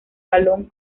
balón